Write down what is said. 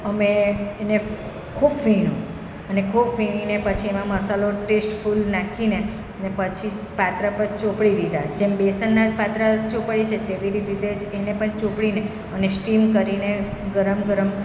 અમે એને ફ ખોફીણો અને ખોફીણવીને પછી એમાં મસાલો ટેસ્ટફૂલ નાખીને પછી પાત્રા પર ચોપળી દીધા જેમ બેસનના પાત્રા ચોપળીએ છે તેવી રીતે જ એને પણ ચોપળીને અને સ્ટીમ કરીને ગરમ ગરમ